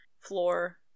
floor